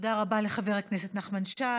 תודה רבה לחבר הכנסת נחמן שי.